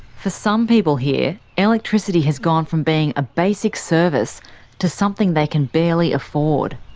for some people here, electricity has gone from being a basic service to something they can barely afford.